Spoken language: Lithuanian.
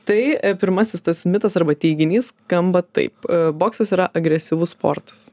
tai pirmasis tas mitas arba teiginys skamba taip boksas yra agresyvus sportas